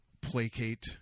placate